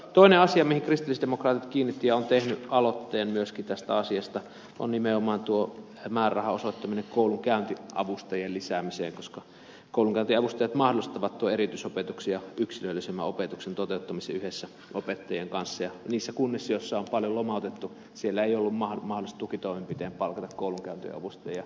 toinen asia johon kristillisdemokraatit kiinnittivät huomiota ja josta ovat tehneet myöskin aloitteen on nimenomaan tuo määrärahan osoittaminen koulunkäyntiavustajien lisäämiseen koska koulunkäyntiavustajat mahdollistavat tuon erityisopetuksen ja yksilöllisemmän opetuksen toteuttamisen yhdessä opettajien kanssa ja niissä kunnissa joissa on paljon lomautettu ei ollut mahdollista tukitoimenpitein palkata koulunkäyntiavustajia erityisesti